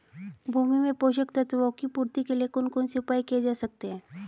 भूमि में पोषक तत्वों की पूर्ति के लिए कौन कौन से उपाय किए जा सकते हैं?